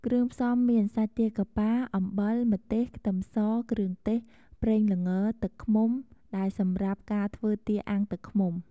គ្រឿងផ្សំមាន សាច់ទាកាប៉ា អំបិល ម្ទេស ខ្ទឹមស គ្រឿងទេស ប្រេងល្ង ទឹកឃ្មុំ ដែលសម្រាប់ការធ្វ់ើទាអាំងទឹកឃ្មុំ។